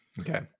Okay